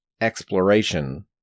exploration